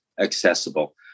accessible